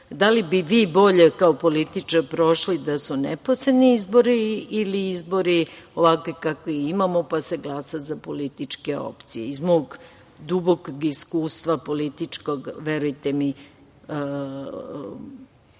da li bi vi bolje, kao političar, prošli da su neposredni izbori ili izbori ovakvi kakve imamo, pa se glasa za političke opcije. Iz mog dubokog političkog iskustva,